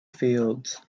fields